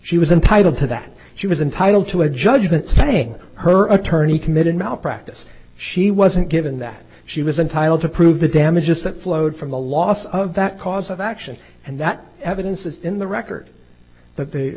she was entitled to that she was entitled to a judgment saying her attorney committed malpractise she wasn't given that she was entitled to prove the damages that flowed from the loss of that cause of action and that evidence is in the record that the